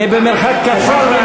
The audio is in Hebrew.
אני במרחק קצר,